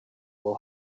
will